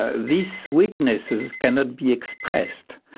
ah these weaknesses cannot be expressed.